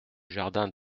jardin